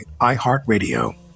iHeartRadio